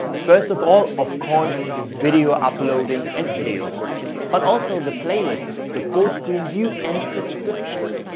first of all, of course, video uploading and video hosting, but also the playlist. the full screen view and subscriptions.